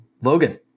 Logan